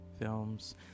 films